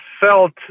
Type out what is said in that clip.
felt